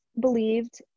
believed